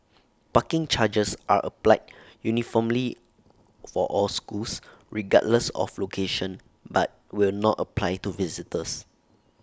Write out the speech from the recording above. parking charges are applied uniformly for all schools regardless of location but will not apply to visitors